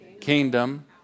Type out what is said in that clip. kingdom